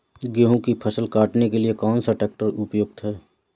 गेहूँ की फसल काटने के लिए कौन सा ट्रैक्टर उपयुक्त है?